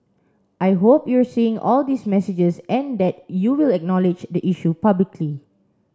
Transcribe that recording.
I hope you're seeing all these messages and that you will acknowledge the issue publicly